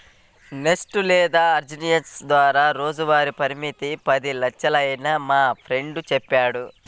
NEFT లేదా RTGS ద్వారా రోజువారీ పరిమితి పది లక్షలేనని మా ఫ్రెండు చెప్పాడు